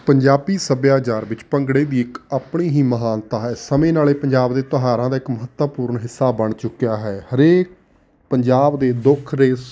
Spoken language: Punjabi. ਪੰਜਾਬੀ ਸੱਭਿਆਚਾਰ ਵਿੱਚ ਭੰਗੜੇ ਦੀ ਇੱਕ ਆਪਣੀ ਹੀ ਮਹਾਨਤਾ ਹੈ ਸਮੇਂ ਨਾਲ ਇਹ ਪੰਜਾਬ ਦੇ ਤਿਉਹਾਰਾਂ ਦਾ ਇੱਕ ਮਹੱਤਵਪੂਰਨ ਹਿੱਸਾ ਬਣ ਚੁੱਕਿਆ ਹੈ ਹਰੇਕ ਪੰਜਾਬ ਦੇ ਦੁੱਖ ਰੇ ਸ